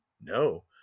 no